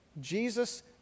Jesus